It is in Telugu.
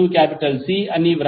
VIjωC అని వ్రాస్తే